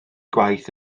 gwaith